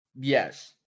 Yes